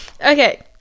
Okay